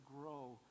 grow